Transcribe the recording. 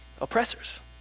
oppressors